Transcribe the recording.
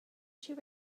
she